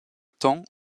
temps